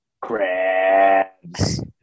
Crabs